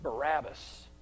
Barabbas